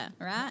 right